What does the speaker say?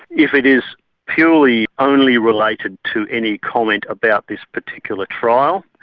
if it is purely only related to any comment about this particular trial,